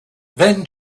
then